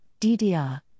DDR